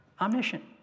omniscient